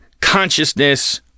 consciousness